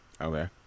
Okay